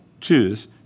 choose